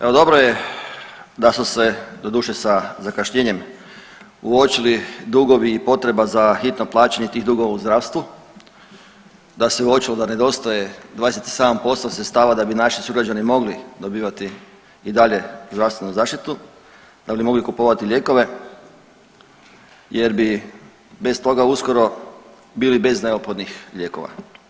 Evo dobro je da smo se doduše sa zakašnjenjem uočili dugovi i potreba za hitno plaćanje tih dugova u zdravstvu, da se uočilo da nedostaje 27% sredstava da bi naši sugrađani mogli dobivati i dalje zdravstvenu zaštitu, da bi mogli kupovati lijekove jer bi bez toga uskoro bili bez neophodnih lijekova.